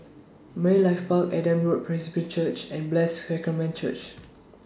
Marine Life Park Adam Road Presbyterian Church and Blessed Sacrament Church